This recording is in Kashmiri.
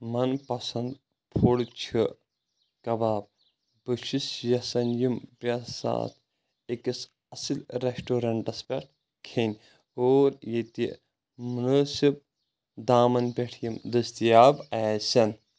من پَسنٛد فُڈ چھ کَباب بہٕ چُھس یَژھان یِم پرٛیٚتھ ساتہٕ أکِس اَصٕل رِٮ۪سٹورٮ۪نٛٹَس پٮ۪ٹھ کھیٚنۍ اور ییٚتہِ مُنٲسِب دامَن پٮ۪ٹھ یِم دٕستِیاب آسَن